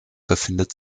befindet